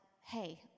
hey